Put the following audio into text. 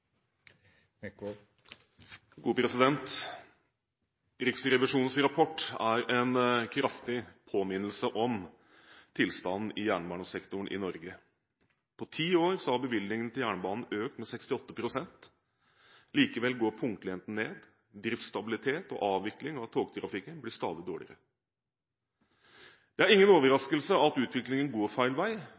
en kraftig påminnelse om tilstanden i jernbanesektoren i Norge. På ti år har bevilgningene til jernbanen økt med 68 pst. Likevel går punktligheten ned, driftsstabilitet og avvikling av togtrafikken blir stadig dårligere. Det er ingen overraskelse at utviklingen går feil vei.